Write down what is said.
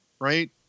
right